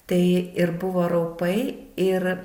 tai ir buvo raupai ir